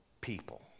people